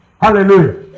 Hallelujah